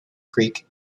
creek